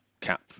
cap